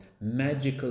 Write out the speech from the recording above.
magical